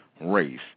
race